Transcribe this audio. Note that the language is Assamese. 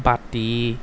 বাতি